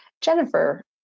Jennifer